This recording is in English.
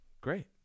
Great